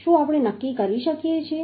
શું આપણે નક્કી કરી શકીએ